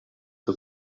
que